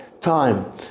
time